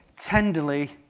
tenderly